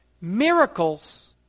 miracles